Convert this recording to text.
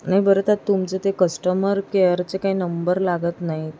नाही बरं त्यात तुमचं ते कस्टमर केअरचे काही नंबर लागत नाहीत